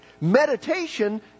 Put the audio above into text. Meditation